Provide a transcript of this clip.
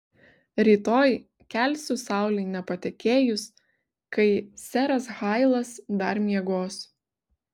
rytoj kelsiu saulei nepatekėjus kai seras hailas dar miegos